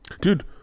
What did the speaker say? dude